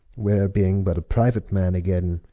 where being but a priuate man againe,